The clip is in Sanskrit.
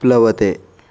प्लवते